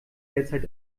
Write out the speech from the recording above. derzeit